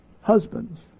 husbands